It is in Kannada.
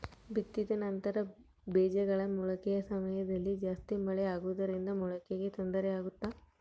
ಬಿತ್ತಿದ ನಂತರ ಬೇಜಗಳ ಮೊಳಕೆ ಸಮಯದಲ್ಲಿ ಜಾಸ್ತಿ ಮಳೆ ಆಗುವುದರಿಂದ ಮೊಳಕೆಗೆ ತೊಂದರೆ ಆಗುತ್ತಾ?